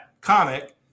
comic